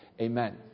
Amen